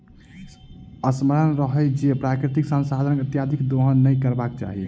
स्मरण रहय जे प्राकृतिक संसाधनक अत्यधिक दोहन नै करबाक चाहि